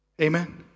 Amen